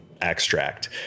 extract